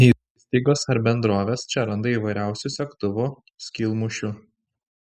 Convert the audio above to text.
įstaigos ar bendrovės čia randa įvairiausių segtuvų skylmušių